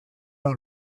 out